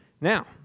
Now